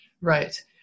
Right